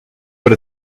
what